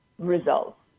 results